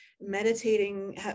meditating